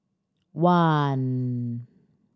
one